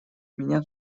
меня